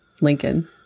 Lincoln